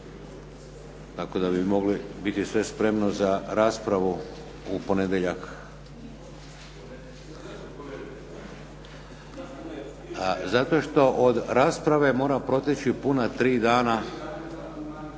tako da bi moglo biti sve spremno za raspravu u ponedjeljak. …/Upadica se ne čuje./… Zato što od rasprave mora proteći puna tri dana.